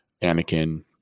Anakin